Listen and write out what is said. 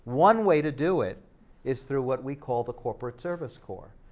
one way to do it is through what we call the corporate service corp.